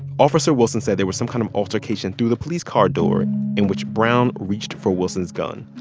officer wilson said there was some kind of altercation through the police car door in which brown reached for wilson's gun.